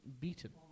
beaten